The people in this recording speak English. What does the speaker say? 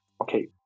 okay